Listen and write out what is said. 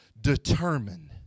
determined